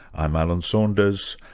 i'm alan saunders,